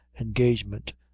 engagement